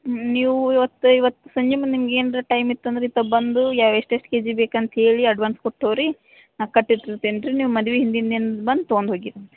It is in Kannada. ಹ್ಞೂ ನೀವು ಇವತ್ತು ಇವತ್ತು ಸಂಜೆ ಮುಂದೆ ನಿಮ್ಗೆ ಏನರ ಟೈಮ್ ಇತ್ತಂದ್ರೆ ಇತ್ತಗೆ ಬಂದು ಎಷ್ಟು ಎಷ್ಟು ಕೆಜಿ ಬೇಕಂತ ಹೇಳಿ ಅಡ್ವಾನ್ಸ್ ಕೊಟ್ಟು ಹೋಗ್ರಿ ನಾ ಕಟ್ಟಿ ಇಟ್ಟಿರ್ತೀನಿ ರೀ ನೀವು ಮದ್ವೆ ಹಿಂದಿನ ದಿನ ಬಂದು ತೊಗೊಂಡ್ ಹೋಗಿರಿ